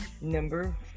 number